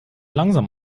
langsam